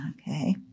okay